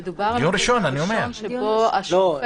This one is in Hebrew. נכון.